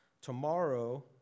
tomorrow